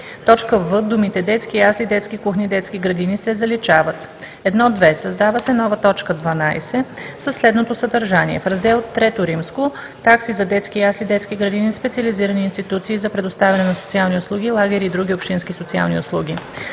1, т. в) думите „детски ясли, детски кухни, детски градини“ се заличават. 1.2. Създава се нова точка 12 със следното съдържание: В раздел III „Такси за детски ясли, детски градини, специализирани институции за предоставяне на социални услуги, лагери и други общински социални услуги“: